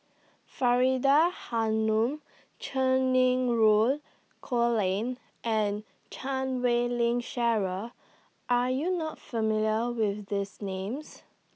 Faridah Hanum Cheng Colin and Chan Wei Ling Cheryl Are YOU not familiar with These Names